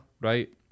right